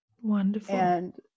Wonderful